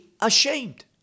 ashamed